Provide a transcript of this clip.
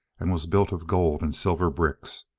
and was built of gold and silver bricks.